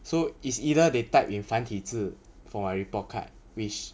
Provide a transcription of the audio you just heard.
so is either they type in 繁体字 for my report card which